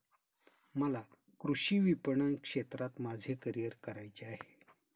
मला कृषी विपणन क्षेत्रात माझे करिअर करायचे आहे